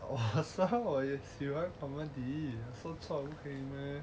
我说我也喜欢 comedy 我说错不可以 meh